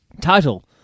Title